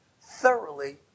thoroughly